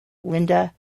linda